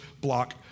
block